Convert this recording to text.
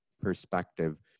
perspective